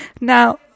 Now